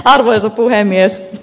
arvoisa puhemies